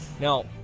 Now